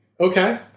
Okay